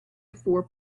four